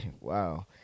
wow